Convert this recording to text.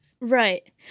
right